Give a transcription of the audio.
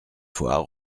fois